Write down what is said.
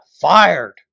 fired